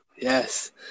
Yes